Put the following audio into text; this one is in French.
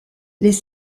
les